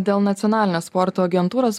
dėl nacionalinės sporto agentūros